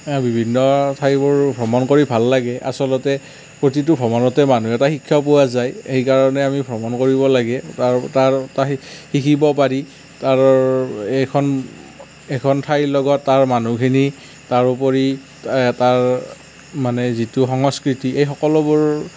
বিভিন্ন ঠাইবোৰ ভ্ৰমণ কৰি ভাল লাগে আচলতে প্ৰতিটো ভ্ৰমণতে মানুহে এটা শিক্ষাও পোৱা যায় এইকাৰণে আমি ভ্ৰমণ কৰিব লাগে আৰু তাৰ পৰা শিকিব পাৰি তাৰ এখন এখন ঠাইৰ লগত তাৰ মানুহখিনি তাৰোপৰি এটা মানে যিটো সংস্কৃতি এই সকলোবোৰ